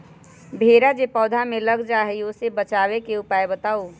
भेरा जे पौधा में लग जाइछई ओ से बचाबे के उपाय बताऊँ?